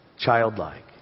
childlike